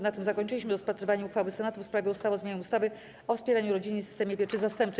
Na tym zakończyliśmy rozpatrywanie uchwały Senatu w sprawie ustawy o zmianie ustawy o wspieraniu rodziny i systemie pieczy zastępczej.